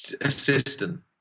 assistant